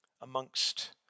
amongst